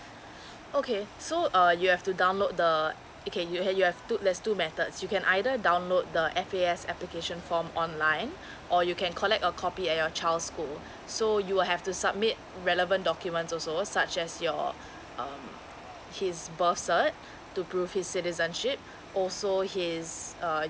okay so uh you have to download the okay you ha~ you have two there's two methods you can either download the F_A_S application form online or you can collect a copy at your child school so you will have to submit relevant documents also such as your um his birth cert to prove his citizenship also he's uh